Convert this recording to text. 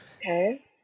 Okay